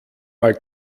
mal